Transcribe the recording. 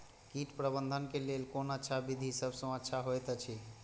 कीट प्रबंधन के लेल कोन अच्छा विधि सबसँ अच्छा होयत अछि?